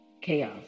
Chaos